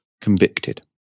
convicted